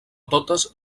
totes